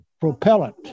propellant